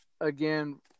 Again